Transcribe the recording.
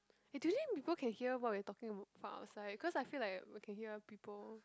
eh do you think people can hear what we are talking about outside cause I feel like we can hear people